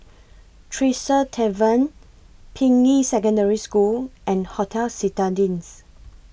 Tresor Tavern Ping Yi Secondary School and Hotel Citadines